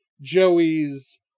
Joey's